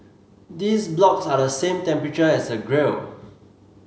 these blocks are the same temperature as the grill